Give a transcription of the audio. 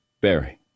Barry